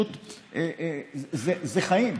זה חיי אדם.